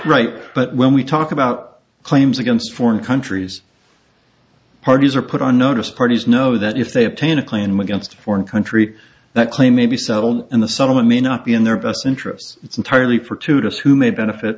right but when we talk about claims against foreign countries parties are put on notice parties know that if they obtain a claim against a foreign country that claim maybe settled and the settlement may not be in their best interests it's entirely for tutors who may benefit